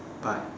but